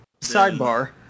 Sidebar